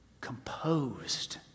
composed